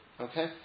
okay